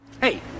Hey